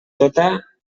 tota